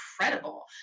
incredible